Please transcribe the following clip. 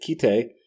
Kite